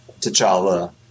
T'Challa